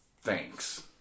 Thanks